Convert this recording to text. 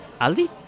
Aldi